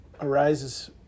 arises